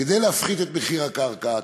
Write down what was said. כדי להפחית את מחיר הקרקע,